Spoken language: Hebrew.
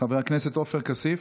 חבר הכנסת עופר כסיף.